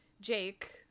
Jake